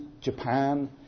Japan